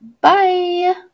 Bye